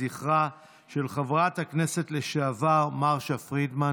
זכרה של חברת הכנסת לשעבר מרשה פרידמן.